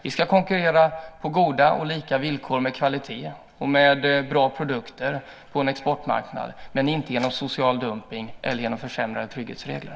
Vi ska konkurrera på goda och lika villkor med kvalitet och bra produkter, men inte genom social dumpning eller genom försämrade trygghetsregler.